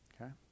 Okay